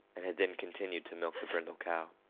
and had then continued to milk the brindle cow.